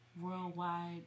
worldwide